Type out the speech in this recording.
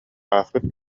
ааспыт